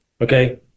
okay